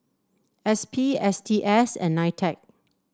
S P S T S and Nitec